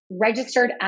registered